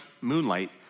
moonlight